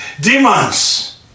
demons